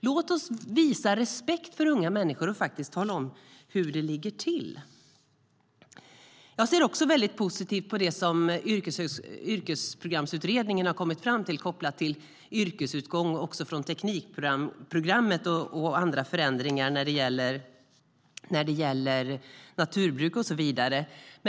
Låt oss visa respekt för unga människor och tala om hur det faktiskt ligger till. Jag ser också positivt på det som Yrkesprogramsutredningen kommit fram till angående yrkesutgång från teknikprogrammet och andra förändringar vad gäller naturbruk och så vidare.